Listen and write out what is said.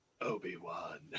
Obi-Wan